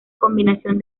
combinación